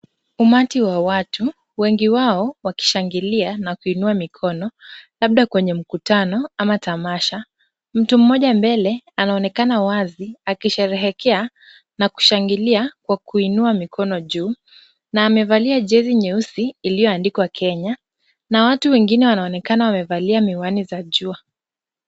Umati wa watu, wengi wao wakishangilia na kuinua mikono labda kwenye mkutano ama tamasha. Mtu mmoja mbele anaonekana wazi akisherehekea na kushangilia kwa kuinua mikono juu na amevalia jezi nyeusi iliyoandikwa Kenya na watu wengine wanaonekana wamevalia miwani za jua.